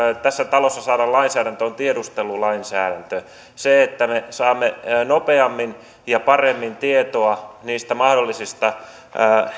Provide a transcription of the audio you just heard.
tässä talossa saada lainsäädäntö on tiedustelulainsäädäntö se että me saamme nopeammin ja paremmin tietoa niistä mahdollisista